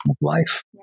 life